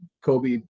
kobe